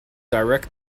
direct